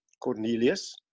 Cornelius